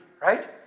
Right